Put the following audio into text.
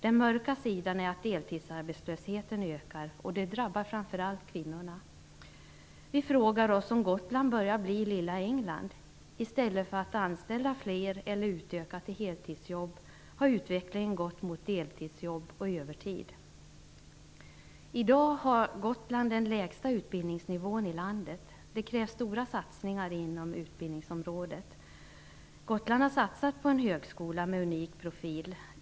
Den mörka sidan är att deltidsarbetslösheten ökar, och det drabbar framför allt kvinnorna. Vi frågar oss om Gotland börjar bli "lilla England". I stället för att man anställer fler eller utökar till heltidsjobb har utvecklingen gått mot deltidsjobb och övertid. I dag har Gotland den lägsta utbildningsnivån i landet. Det krävs stora satsningar inom utbildningsområdet. Gotland har satsat på en högskola med en unik profil.